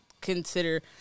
consider